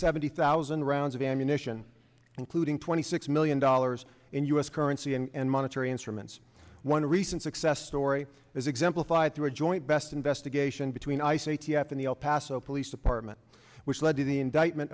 seventy thousand rounds of ammunition including twenty six million dollars in u s currency and monetary instruments one recent success story as exemplified through a joint best investigation between ice a t f and the el paso police department which led to the indictment